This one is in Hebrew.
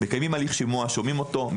מקיימים הליך שימוע, שומעים אותו,